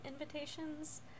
invitations